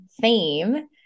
theme